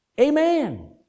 Amen